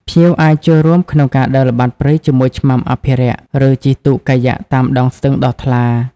ភ្ញៀវអាចចូលរួមក្នុងការដើរល្បាតព្រៃជាមួយឆ្មាំអភិរក្ស ឬជិះទូកកាយ៉ាក់តាមដងស្ទឹងដ៏ថ្លា។